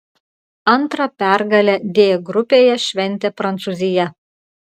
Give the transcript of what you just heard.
antrą pergalę d grupėje šventė prancūzija